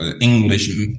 English